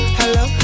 hello